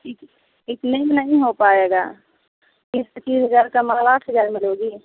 इतने में नहीं हो पाएगा बीस इक्कीस हज़ार का माल आठ हज़ार में लोगी